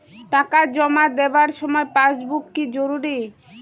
টাকা জমা দেবার সময় পাসবুক কি জরুরি?